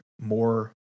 more